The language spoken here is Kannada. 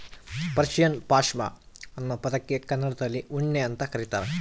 ಪರ್ಷಿಯನ್ ಪಾಷ್ಮಾ ಅನ್ನೋ ಪದಕ್ಕೆ ಕನ್ನಡದಲ್ಲಿ ಉಣ್ಣೆ ಅಂತ ಕರೀತಾರ